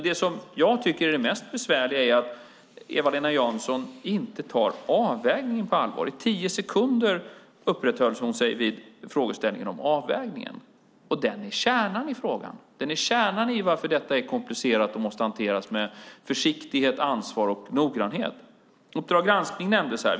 Det som jag tycker är det mest besvärliga är att Eva-Lena Jansson inte tar avvägningen på allvar. I tio sekunder uppehöll hon sig vid frågeställningen om avvägningen. Och den är kärnan i frågan. Den är kärnan i varför detta är komplicerat och måste hanteras med försiktighet, ansvar och noggrannhet. Uppdrag granskning nämndes här.